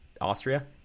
Austria